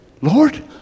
Lord